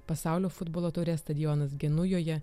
pasaulio futbolo taurės stadionas genujoje